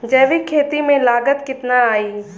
जैविक खेती में लागत कितना आई?